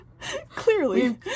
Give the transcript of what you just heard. Clearly